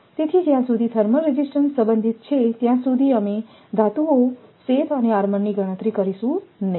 તેથી જ્યાં સુધી થર્મલ રેઝિસ્ટન્સ સંબંધિત છે ત્યાં સુધી અમે ધાતુઓ શેથ અને આર્મર ની ગણતરી કરીશું નહીં